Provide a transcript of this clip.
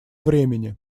времени